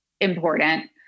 important